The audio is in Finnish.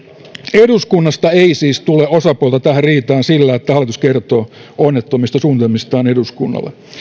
eduskunnasta ei siis tule osapuolta tähän riitaan sillä että hallitus kertoo onnettomista suunnitelmistaan eduskunnalle